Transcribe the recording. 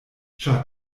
ĉar